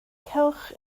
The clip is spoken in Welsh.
cewch